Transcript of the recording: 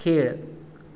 खेळ